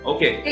Okay